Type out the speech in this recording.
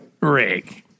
Rick